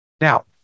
Now